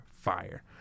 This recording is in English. fire